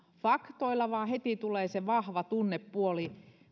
faktoilla vaan heti tulee se vahva tunnepuoli